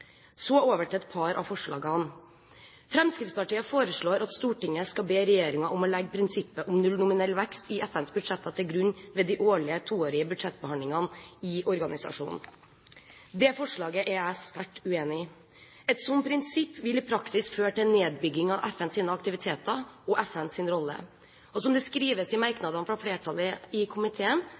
Så over til et par av forslagene. Fremskrittspartiet foreslår at Stortinget skal be regjeringen om å «legge prinsippet om null nominell vekst i FNs budsjetter til grunn ved de årlige/toårige budsjettbehandlingene i organisasjonen». Det forslaget er jeg sterkt uenig i. Et slikt prinsipp vil i praksis føre til nedbygging av FNs aktiviteter og FNs rolle, og, som det skrives i merknadene fra flertallet i komiteen,